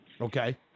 Okay